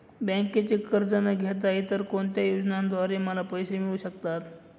बँकेचे कर्ज न घेता इतर कोणत्या योजनांद्वारे मला पैसे मिळू शकतात?